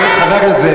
מרגלת.